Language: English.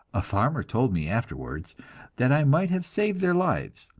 a farmer told me afterwards that i might have saved their lives,